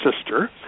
sister